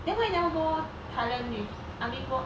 then why you never go thailand with army group